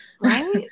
Right